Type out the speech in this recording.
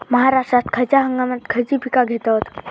महाराष्ट्रात खयच्या हंगामांत खयची पीका घेतत?